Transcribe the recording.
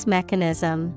Mechanism